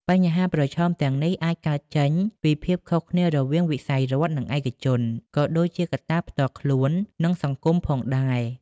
បញ្ហាប្រឈមទាំងនេះអាចកើតចេញពីភាពខុសគ្នារវាងវិស័យរដ្ឋ និងឯកជន ក៏ដូចជាកត្តាផ្ទាល់ខ្លួន និងសង្គមផងដែរ។